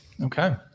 Okay